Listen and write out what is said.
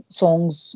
songs